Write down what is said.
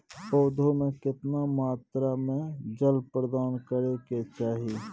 पौधों में केतना मात्रा में जल प्रदान करै के चाही?